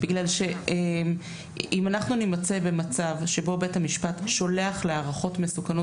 אם אנחנו נימצא במצב שבו בית המשפט שולח להערכות מסוכנות